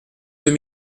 deux